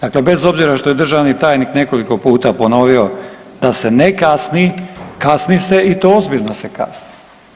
Dakle, bez obzira što je državni tajnik nekoliko puta ponovio da se ne kasni, kasni se i to ozbiljno se kasni.